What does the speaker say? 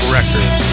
Records